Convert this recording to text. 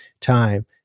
time